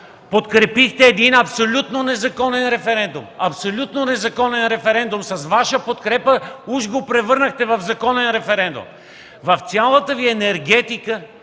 Подкрепихте един абсолютно незаконен референдум! Абсолютно незаконен – с Ваша подкрепа уж го превърнахте в законен референдум! В цялата Ви енергетика,